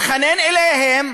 מתחנן אליהם: